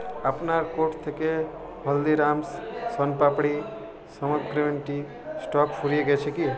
আপনার কার্ট থেকে হলদিরামস্ শণপাপড়ি সামগ্রীটির স্টক ফুরিয়ে গিয়েছে কি